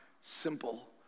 simple